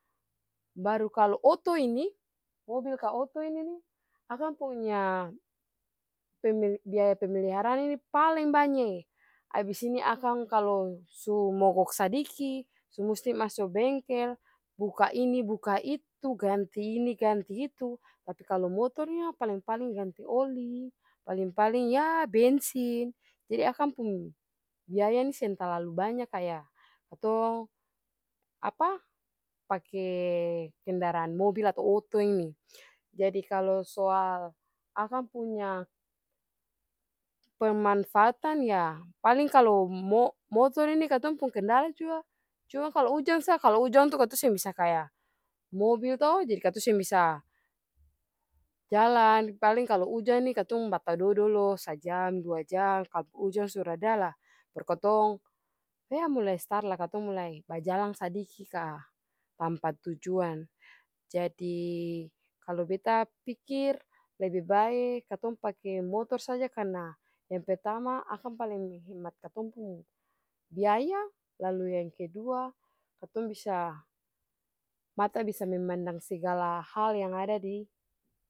Baru kalu oto ini, mobil ka oto ini akang punya peme-biaya pemeliharaan ini paleng banyae, abis ini akang kalu su mogok sadiki, su musti maso bengkel buka ini buka itu, ganti ini ganti itu. Tapi kalu motor yah paleng-paleng ganti oli, paleng-paleng yah bensin. Jadi akang pung biaya nih seng talalu banya kaya katong apa pake kendaraan mobil atau oto ini. Jadi kalu soal akang punya pemanfaat yah paling kalu mo-motor ini katong pung kendala jua cuma kalu ujang sa, kalu ujang tuh katong seng bisa kaya mobil to jadi katong seng bisa jalan paleng kalu ujang nih katong batado dolo sajam, dua jam kalu ujang su reda lah baru katong yah mulai star lah katong mulai bajalang sadikim katampa tujuan. Jadi kalu beta pikir lebebae katong pake motor saja karna yang pertama akang paleng menghemat katong pung biaya lalu yang kedua katong bisa mata bisa memandang segala hal yang ada di.